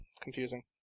confusing